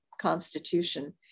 constitution